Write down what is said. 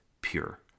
pure